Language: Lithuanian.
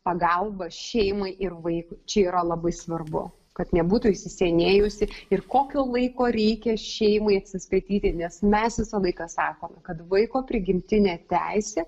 pagalbą šeimai ir vaikui čia yra labai svarbu kad nebūtų įsisenėjusi ir kokio laiko reikia šeimai atsistatyti nes mes visą laiką sakome kad vaiko prigimtinė teisė